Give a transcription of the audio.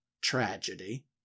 tragedy